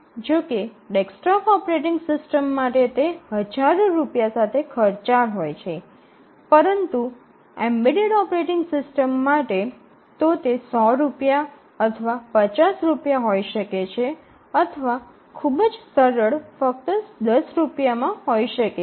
જો કે desktop operating systems માટે તે હજારો રુપિયા સાથે ખર્ચાળ હોય શકે છે પરંતુ એમ્બેડેડ ઓપરેટિંગ સિસ્ટમ માટે તો તે ૧00 રૂપિયા અથવા ૫0 રૂપિયા હોઈ શકે છે અથવા ખૂબ જ સરળ ફક્ત થોડા ૧0 રૂપિયામાં હોઈ શકે છે